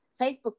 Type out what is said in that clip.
Facebook